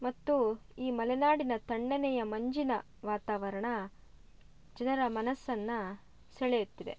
ಮತ್ತು ಈ ಮಲೆನಾಡಿನ ತಣ್ಣನೆಯ ಮಂಜಿನ ವಾತಾವರಣ ಜನರ ಮನಸ್ಸನ್ನ ಸೆಳೆಯುತ್ತಿದೆ